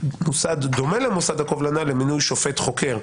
מוסד דומה למוסד הקובלנה, למינוי שופט חוקר.